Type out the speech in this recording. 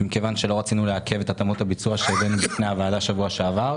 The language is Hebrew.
מכיוון שלא רצינו לעכב את התאמות הביצוע שהבאנו בפני הוועדה בשבוע שעבר,